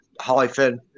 hyphen